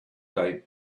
date